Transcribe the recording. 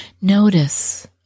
Notice